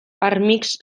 armix